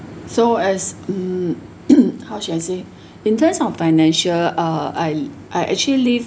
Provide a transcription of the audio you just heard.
so as um how should I say in terms of financial uh I I actually leave